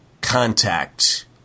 ...contact